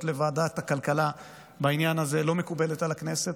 לוועדת הכלכלה בעניין הזה לא מקובלת על הכנסת.